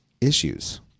issues